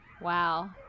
Wow